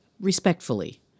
respectfully